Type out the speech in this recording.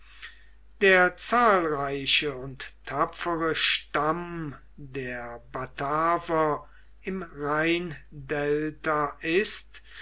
der zahlreiche und tapfere stamm der bataver im rheindelta ist